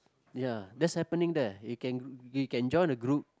ya that's happening there you can you can join the group